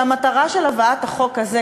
שהמטרה של הבאת החוק הזה,